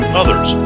others